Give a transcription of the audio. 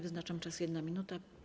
Wyznaczam czas - 1 minuta.